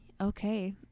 Okay